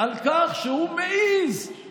37 שקלים כל יום על כך שהוא מעז לבוא